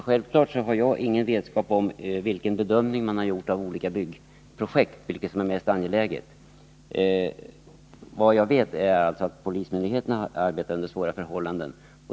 Herr talman! Naturligtvis känner jag inte till vilket byggnadsprojekt som man har bedömt vara mest angeläget. Vad jag vet är att polisen arbetar under svåra förhållanden.